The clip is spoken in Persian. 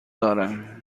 دارم